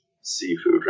seafood